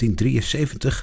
1973